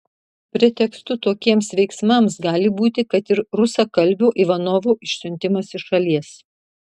pretekstu tokiems veiksmams gali būti kad ir rusakalbio ivanovo išsiuntimas iš šalies